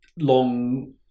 long